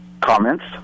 Comments